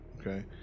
Okay